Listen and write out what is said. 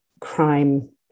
crime